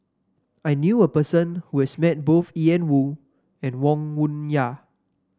I knew a person who has met both Ian Woo and Wong Yoon Wah